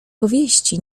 powieści